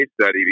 study